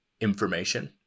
information